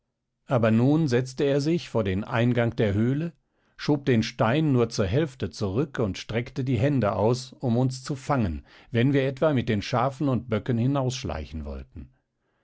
aber nun setzte er sich vor den eingang der höhle schob den stein nur zur hälfte zurück und streckte die hände aus um uns zu fangen wenn wir etwa mit den schafen und böcken hinausschleichen wollten